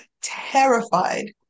terrified